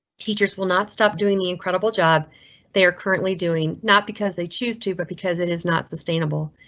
teachers will not stop doing the incredible job they are currently doing, not because they choose to, but because it is not sustainable.